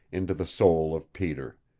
into the soul of peter.